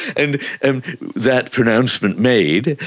and and that pronouncement made,